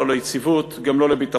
לא ליציבות וגם לא לביטחון.